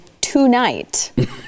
tonight